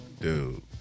dude